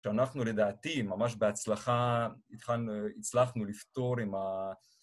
שאנחנו לדעתי ממש בהצלחה התחלנו, הצלחנו לפתור עם ה...